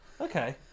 Okay